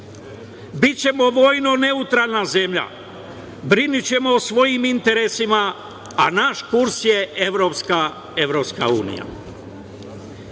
Bićemo vojno neutralna zemlja, brinućemo o svojim interesima, a naš kurs je EU.Poštovani